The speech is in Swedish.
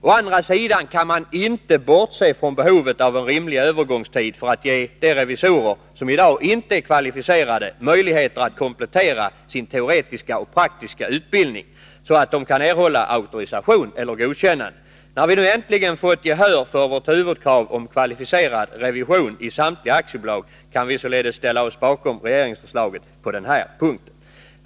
Å andra sidan kan man inte bortse från behovet av en rimlig övergångstid för att de revisorer som i dag inte är kvalificerade skall få möjligheter att komplettera sin teoretiska och praktiska utbildning, så att de kan erhålla auktorisation eller godkännande. När vi nu äntligen har fått gehör för vårt huvudkrav på kvalificerad revision i samtliga aktiebolag kan vi således ställa oss bakom regeringsförslaget på den här punkten.